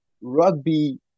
rugby